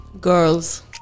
girls